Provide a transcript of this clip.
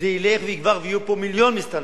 זה ילך ויגבר, ויהיו פה מיליון מסתננים.